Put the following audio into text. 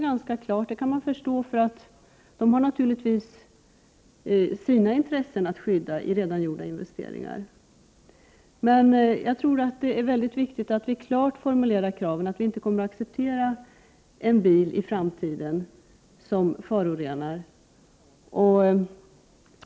Det kan man förstå, för de har naturligtvis sina intressen att skydda i redan gjorda investeringar. Men jag tror att det är mycket viktigt att vi klart formulerar kravet, att vi i framtiden inte kommer att acceptera en bil som förorenar.